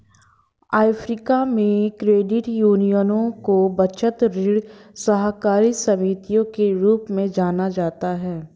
Africa में, credit यूनियनों को बचत, ऋण सहकारी समितियों के रूप में जाना जाता है